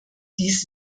dies